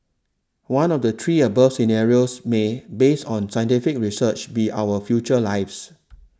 one of the three above scenarios may based on scientific research be our future lives